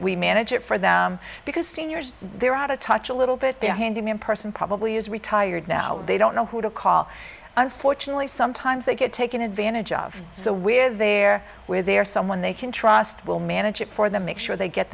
we manage it for them because seniors they're out of touch a little bit their handyman person probably is retired now they don't know who to call unfortunately sometimes they get taken advantage of so we're there where they are someone they can trust will manage it for them make sure they get